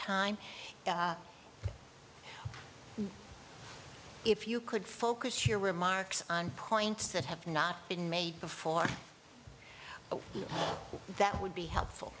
time if you could focus your remarks on points that have not been made before that would be helpful